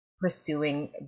pursuing